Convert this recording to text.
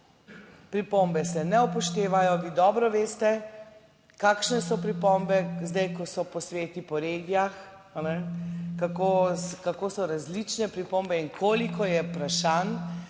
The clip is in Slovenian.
Pripombe se ne upoštevajo, vi dobro veste, kakšne so pripombe zdaj, ko so posveti po regijah, kako so različne pripombe in koliko je vprašanj,